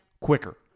quicker